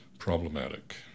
problematic